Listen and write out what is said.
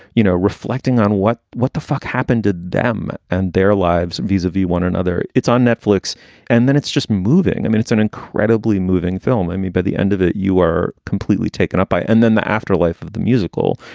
you know, reflecting on what what the fuck happened to them and their lives, vis-a-vis one another. it's on netflix and then it's just moving. i mean, it's an incredibly moving film. and me by the end of it. you are completely taken up by. and then the afterlife of the musical,